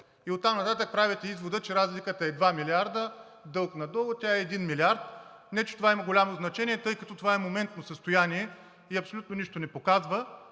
И оттам нататък правите извода, че разликата е 2 милиарда дълг надолу, тя е 1 милиард. Не че това има голямо значение, тъй като това е моментно състояние и абсолютно нищо не показва.